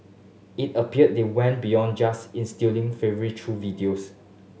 it appear they went beyond just instilling fervour through videos